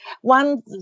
one